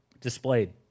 displayed